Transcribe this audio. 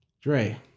Dre